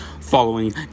following